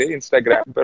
Instagram